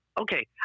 okay